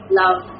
love